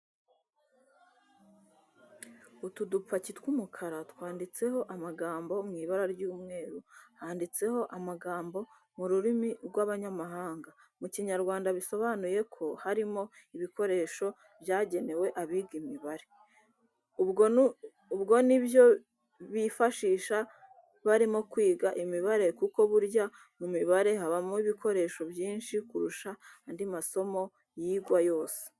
Utu dupaki tw'umukara twanditseho amagambo mu ibara ry'umweru, handitseho amagambo mu rurimi rw'abanyamahanga, mu Kinyarwanda bisobanuye ko harimo ibikoresho byagenewe abiga imibare. Ubwo ni byo bifashisha barimo kwiga imibare kuko burya mu mibare habamo ibikoresho byinshi kurusha andi masomo yigwa yose.